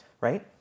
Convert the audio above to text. Right